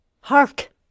Hark